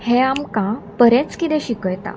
हें आमकां बरेंच किदें शिकयता